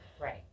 Right